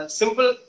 simple